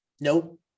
Nope